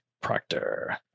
Proctor